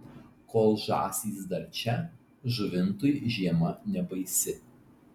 kol žąsys dar čia žuvintui žiema nebaisi